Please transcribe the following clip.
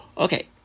Okay